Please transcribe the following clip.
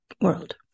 world